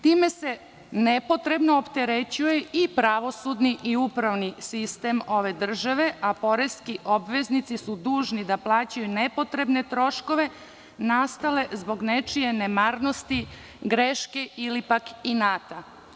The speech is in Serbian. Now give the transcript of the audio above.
Time se nepotrebno opterećuje i pravosudni i upravni sistem ove države, a poreski obveznici su dužni da plaćaju nepotrebne troškove nastale zbog nečije nemarnosti, greške ili pak inata.